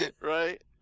right